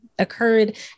occurred